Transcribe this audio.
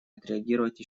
отреагировать